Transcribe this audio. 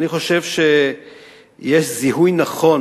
אני חושב שיש זיהוי נכון